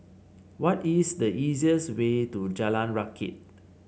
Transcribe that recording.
what is the easiest way to Jalan Rakit